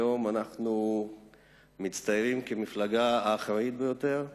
היום אנחנו מצטיירים כמפלגה האחראית ביותר,